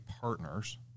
partners